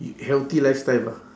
healthy lifestyle ah